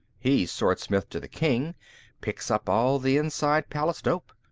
he's swordsmith to the king picks up all the inside palace dope.